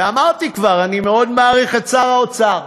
ואמרתי כבר, אני מאוד מעריך את שר האוצר.